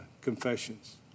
confessions